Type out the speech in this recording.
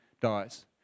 dies